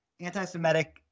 anti-Semitic